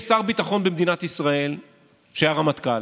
יש שר ביטחון במדינת ישראל שהיה רמטכ"ל,